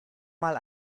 mal